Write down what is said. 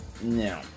No